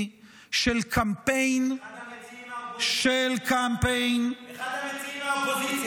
של קמפיין --- מה אתה מציע --- אחד המציעים מהאופוזיציה.